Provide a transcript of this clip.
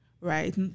right